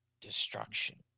destruction